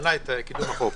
מנע את קידום החוק.